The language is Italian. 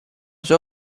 sua